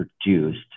produced